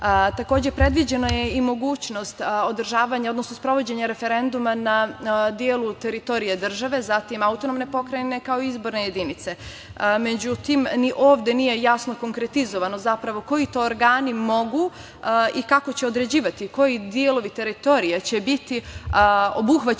predviđena je i mogućnost održavanja, odnosno sprovođenja referenduma na delu teritorije države, zatim AP, kao izborne jedinice. Međutim, ni ovde nije jasno konkretizovano koji to organi mogu i kako će određivati koji delovi teritorije će biti obuhvaćeni